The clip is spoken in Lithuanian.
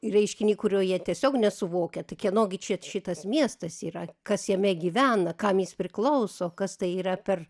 reiškinį kurio jie tiesiog nesuvokia tai kieno gi čia šitas miestas yra kas jame gyvena kam jis priklauso kas tai yra per